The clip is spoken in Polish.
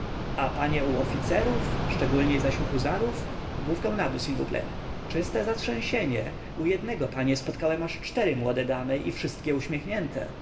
u oficerów szczególniej zaś u huzarów główkę na dół sil vous plait czyste zatrzęsienie u jednego panie spotkałem aż cztery młode damy i wszystkie uśmiechnięte